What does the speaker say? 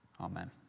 Amen